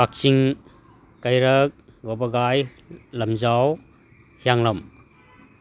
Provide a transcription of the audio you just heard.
ꯀꯛꯆꯤꯡ ꯀꯩꯔꯛ ꯋꯥꯕꯒꯥꯏ ꯂꯝꯖꯥꯎ ꯍꯤꯌꯥꯡꯂꯝ